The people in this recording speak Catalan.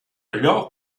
allò